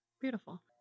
beautiful